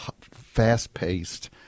fast-paced